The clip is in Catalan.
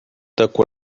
quaranta